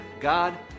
God